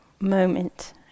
moment